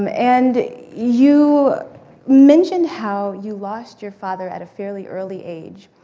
um and you mentioned how you lost your father at a fairly early age.